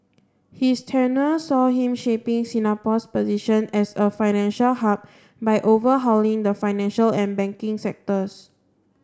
his tenure saw him shaping Singapore's position as a financial hub by overhauling the financial and banking sectors